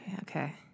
Okay